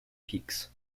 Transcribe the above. peaks